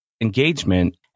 engagement